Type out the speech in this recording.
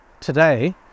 today